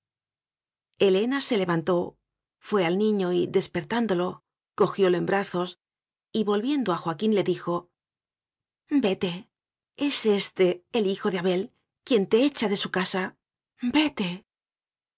helena se levantó fué al niño y desper tándolo cojiólo en brazos y volviendo a joaquín le dijo vete es éste el hijo de abel quien te echa de su casa vete